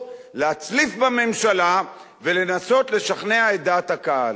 להצליף בממשלה ולנסות לשכנע את דעת הקהל.